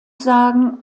sagen